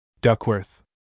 Duckworth